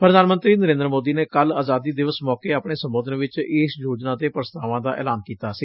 ਪੁਧਾਨ ਮੰਤਰੀ ਨਰੇਂਦਰ ਮੋਦੀ ਨੇ ਕੱਲੁ ਅਜਾਦੀ ਦਿਵਸ ਮੌਕੇ ਆਪਣੇ ਸੰਬੋਧਨ ਵਿਚ ਇਸ ਯੋਜਨਾ ਦੇ ਪੁਸੱਤਾਵਾਂ ਦਾ ਐਲਾਨ ਕੀਤਾ ਸੀ